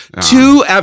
Two